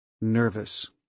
Nervous